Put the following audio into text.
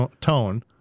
tone